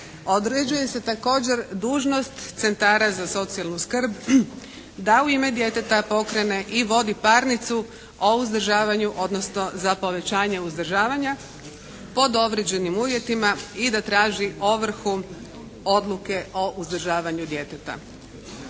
Određuje se također dužnost centara za socijalnu skrb da u ime djeteta pokrene i vodi parnicu o uzdržavanju odnosno za povećanje uzdržavanja pod određenim uvjetima i da traži ovrhu Odluke o uzdržavanju djeteta.